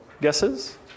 Guesses